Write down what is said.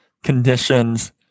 Conditions